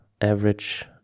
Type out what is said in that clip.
average